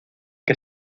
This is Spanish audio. que